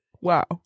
wow